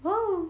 oh